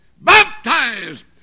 Baptized